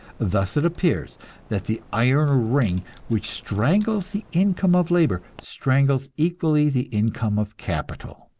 thus it appears that the iron ring which strangles the income of labor, strangles equally the income of capital.